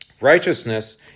Righteousness